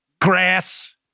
grass